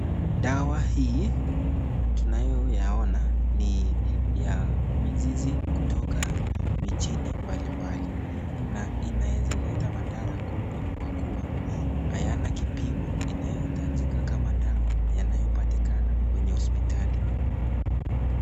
Dawa hii tunayoyaona ni ya mizizi kutoka mijini mbali mbali na inaweza leta mathara kubwa kakuwa hayana kipimo inayohitajika kama dawa yanayopatikana kwenye hospitali.